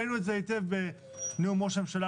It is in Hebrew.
ראינו את זה היטב בנאום של ראש הממשלה,